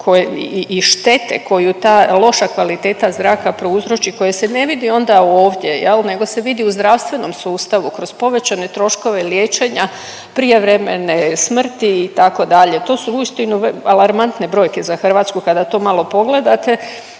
i štete koju ta loša kvaliteta zraka prouzroči, koja se ne vidi onda ovdje jel nego se vidi u zdravstvenom sustavu kroz povećanje troškove liječenja, prijevremene smrti itd., to su uistinu alarmantne brojke za Hrvatsku kada to malo pogledate.